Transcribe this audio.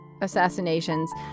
assassinations